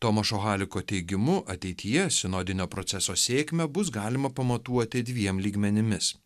tomašo haliko teigimu ateityje sinodinio proceso sėkmę bus galima pamatuoti dviem lygmenimis